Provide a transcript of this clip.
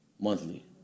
monthly